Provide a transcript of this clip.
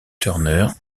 turner